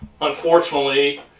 unfortunately